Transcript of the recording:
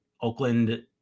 Oakland